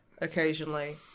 occasionally